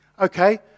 okay